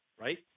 right